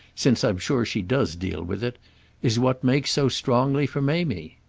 since i'm sure she does deal with it is what makes so strongly for mamie.